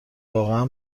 واقعا